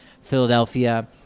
Philadelphia